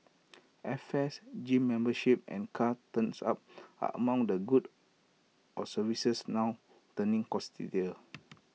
airfares gym memberships and car turns up are among the goods or services now turning costlier